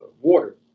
water